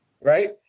Right